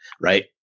right